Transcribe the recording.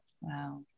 Wow